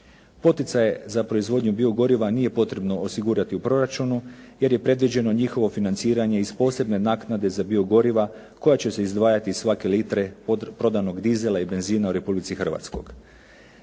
Poticaje za proizvodnju biogoriva nije potrebno osigurati u proračunu jer je predviđeno njihovo financiranje iz posebne naknade za biogoriva koja će se izdvajati svake litre od prodanog dizela i benzina u Republici Hrvatskoj.